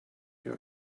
your